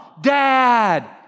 dad